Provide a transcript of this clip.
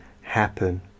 happen